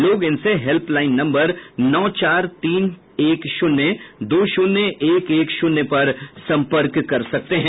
लोग इनसे helpline number नौ चार तीन एक शून्य दो शून्य एक एक शून्य पर सम्पर्क कर सकते हैं